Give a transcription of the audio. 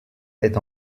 est